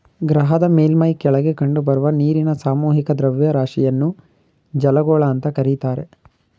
ಗ್ರಹದ ಮೇಲ್ಮೈ ಕೆಳಗೆ ಕಂಡುಬರುವ ನೀರಿನ ಸಾಮೂಹಿಕ ದ್ರವ್ಯರಾಶಿಯನ್ನು ಜಲಗೋಳ ಅಂತ ಕರೀತಾರೆ